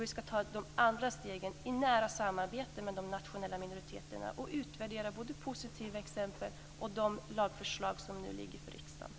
Vi ska ta de andra stegen i nära samarbete med de nationella minoriteterna och utvärdera både positiva exempel och de lagförslag som nu ligger för riksdagen.